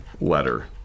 letter